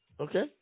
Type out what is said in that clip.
okay